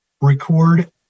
record